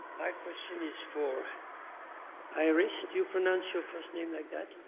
my question is for iris. do you pronounce your first name like that,